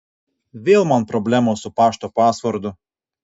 vėl man problemos su pašto pasvordu